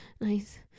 nice